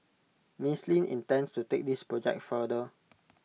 miss Lin intends to take this project further